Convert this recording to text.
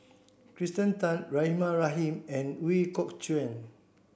Kirsten Tan Rahimah Rahim and Ooi Kok Chuen